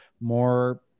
more